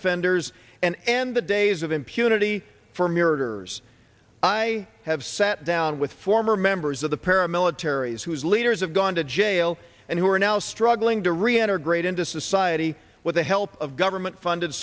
offenders and end the days of impunity for mirrors i have sat down with former members of the paramilitaries whose leaders have gone to jail and who are now struggling to reintegrate into society with the help of government funded